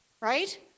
Right